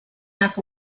half